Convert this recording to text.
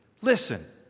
listen